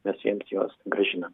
mes jiems juos grąžiname